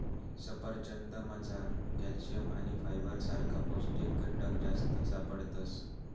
सफरचंदमझार कॅल्शियम आणि फायबर सारखा पौष्टिक घटक जास्त सापडतस